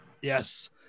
Yes